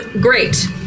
Great